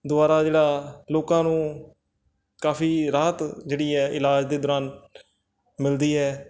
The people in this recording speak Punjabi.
ਦੁਆਰਾ ਜਿਹੜਾ ਲੋਕਾਂ ਨੂੰ ਕਾਫ਼ੀ ਰਾਹਤ ਜਿਹੜੀ ਹੈ ਇਲਾਜ ਦੇ ਦੌਰਾਨ ਮਿਲਦੀ ਹੈ